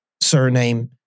surname